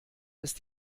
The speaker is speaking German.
ist